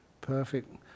Perfect